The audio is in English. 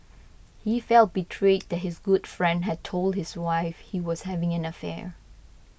he felt betrayed that his good friend had told his wife he was having an affair